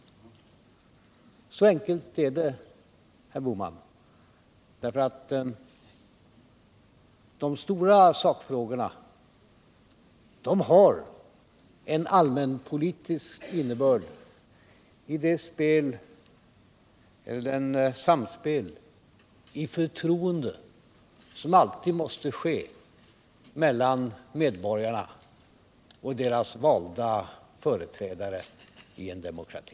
Så enkelt är det, herr Bohman, därför att de stora sakfrågorna har en allmänpolitisk innebörd i det samspel i förtroende som alltid måste äga rum mellan medborgarna och deras valda företrädare i en demokrati.